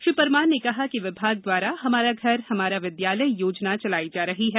श्री परमार ने कहा कि विभाग द्वारा हमारा घर हमारा विद्यालय योजना चलाई जा रही है